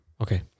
Okay